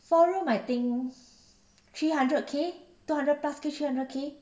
four room I think three hundred K two hundred plus three hundred K